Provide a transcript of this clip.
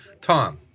tom